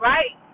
Right